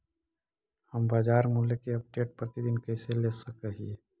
हम बाजार मूल्य के अपडेट, प्रतिदिन कैसे ले सक हिय?